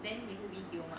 then 你会 B_T_O 吗